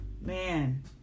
Man